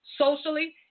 socially